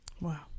Wow